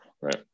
Right